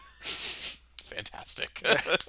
Fantastic